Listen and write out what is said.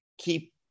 keep